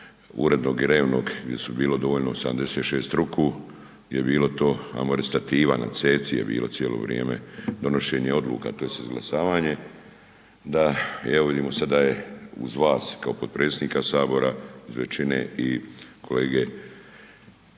urednog i revnog gdje su bile dovoljno 76 ruku, gdje je bilo to ajmo reći stativa na ceci je bilo cijelo vrijeme donošenje odluka tj. izglasavanje, da evo vidimo sad da je uz vas kao potpredsjednike sabora iz većine i kolege